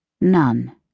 none